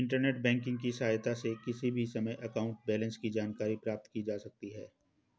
internet banking की सहायता से किसी भी समय अकाउंट बैलेंस की जानकारी प्राप्त की जा सकती है